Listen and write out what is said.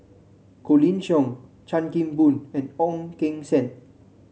Colin Cheong Chan Kim Boon and Ong Keng Sen